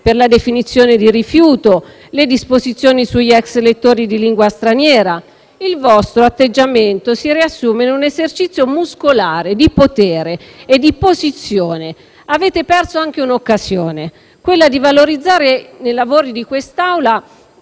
con la definizione di rifiuto, e le disposizioni sugli *ex* lettori di lingua straniera. Il vostro atteggiamento si riassume in un esercizio muscolare di potere e di posizione. Avete anche perso un'occasione, quella di valorizzare i lavori di quest'Assemblea